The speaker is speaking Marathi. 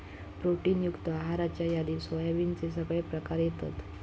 प्रोटीन युक्त आहाराच्या यादीत सोयाबीनचे सगळे प्रकार येतत